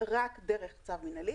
אלא רק דרך צו מינהלי